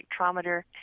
spectrometer